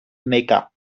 mecca